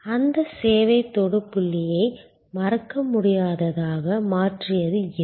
அந்த சேவை தொடு புள்ளியை மறக்கமுடியாததாக மாற்றியது எது